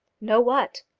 know what?